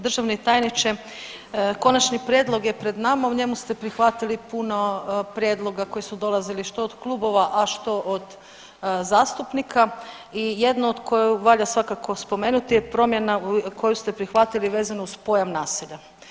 Državni tajniče, konačni prijedlog je pred nama, u njemu ste prihvatili puno prijedloga koji su dolazili što od klubova, a što od zastupnika i jedno koje valja svakako spomenuti je promjena koju ste prihvatili vezano uz pojam naselja.